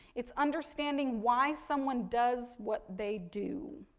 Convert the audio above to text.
it's understanding why someone does what they do,